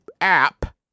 app